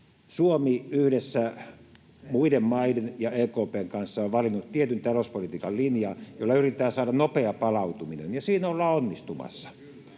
Suomi yhdessä muiden maiden ja EKP:n kanssa on valinnut tietyn talouspolitiikan linjan, jolla yritetään saada nopea palautuminen, ja siinä ollaan onnistumassa.